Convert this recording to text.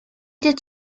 did